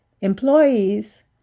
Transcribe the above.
employees